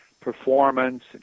performance